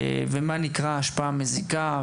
ומה נקרא "השפעה מזיקה"?